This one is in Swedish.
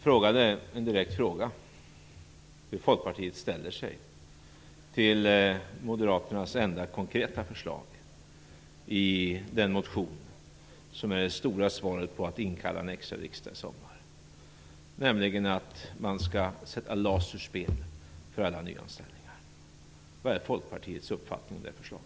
Min direkta fråga är: Hur ställer sig Folkpartiet till Moderaternas enda konkreta förslag i den motion som är det stora svaret på frågan om att extrainkalla riksdagen i sommar? Förslaget innebär att man skall sätta LAS ur spel för alla nyanställningar. Vilken är Folkpartiets uppfattning om detta förslag?